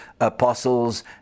apostles